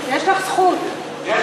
תמר,